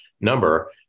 number